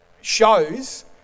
shows